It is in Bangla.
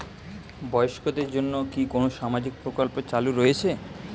বয়স্কদের জন্য কি কোন সামাজিক প্রকল্প চালু রয়েছে?